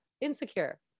insecure